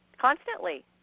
Constantly